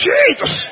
Jesus